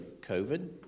COVID